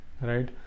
right